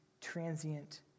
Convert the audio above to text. transient